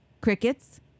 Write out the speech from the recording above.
crickets